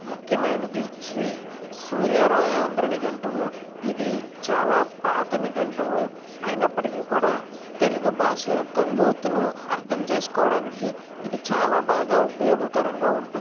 ముఖ్యమైనది శ్రీ సూర్యరాయాంధ్ర నిఘంటువు ఇది చాలా పాత నిఘంటువు అయినప్పటికి కూడా తెలుగు భాష యొక్క లోతును అర్థం చేసుకోవడానికి ఇది చాలా బాగా ఉపయోగకరంగా ఉంటుంది